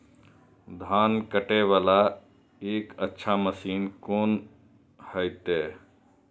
धान कटे वाला एक अच्छा मशीन कोन है ते?